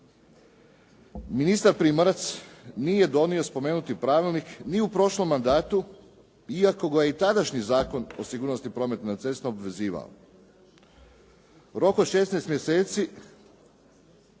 Ministar Primorac nije donio spomenuti pravilnik ni u prošlom mandatu, iako ga je i tadašnji Zakon o sigurnosti prometa na cesti obvezivao. U roku od 16 mjeseci